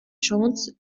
schanze